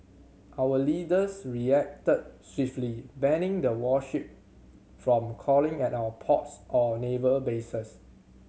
our leaders reacted swiftly banning the warship from calling at our ports or naval bases